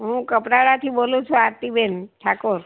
હું કપરાણાથી બોલું છું આરતીબેન ઠાકોર